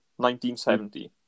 1970